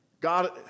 God